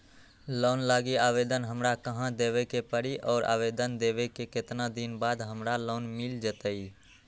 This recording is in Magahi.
लोन लागी आवेदन हमरा कहां देवे के पड़ी और आवेदन देवे के केतना दिन बाद हमरा लोन मिल जतई?